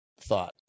thought